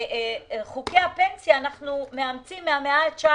את חוקי הפנסיה אנחנו מאמצים מן המאה ה-19,